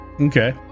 Okay